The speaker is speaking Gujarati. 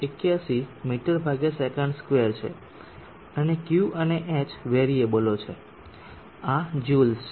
81 મીસે2 છે અને Q અને h વેરીયેબલો છે આ જ્યુલ્સ છે